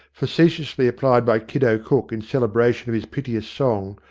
facetiously applied by kiddo cook in celebration of his piteous song,